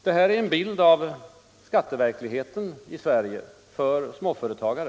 Det här är en bild av skatteverkligheten i Sverige för småföretagare.